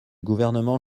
gouvernement